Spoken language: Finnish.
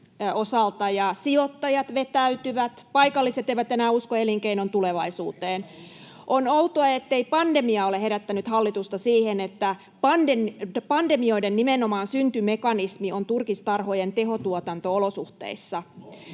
osalta, ja sijoittajat vetäytyvät. Paikalliset eivät enää usko elinkeinon tulevaisuuteen. [Mauri Peltokangas: Meillä päin uskotaan!] On outoa, ettei pandemia ole herättänyt hallitusta siihen, että nimenomaan pandemioiden syntymekanismi on turkistarhojen tehotuotanto-olosuhteissa.